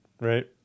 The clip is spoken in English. right